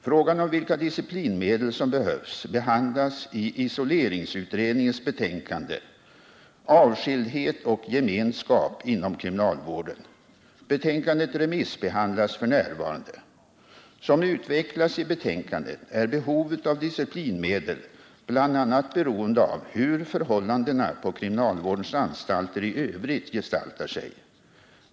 Frågan om vilka disciplinmedel som behövs behandlas i isoleringsutredningens betänkande Avskildhet och gemenskap inom kriminalvården. Betänkandet remissbehandlas f. n. Som utvecklas i betänkandet är behovet av disciplinmedel bl.a. beroende av hur förhållandena på kriminalvårdens anstalter i övrigt gestaltar sig.